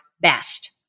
best